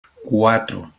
cuatro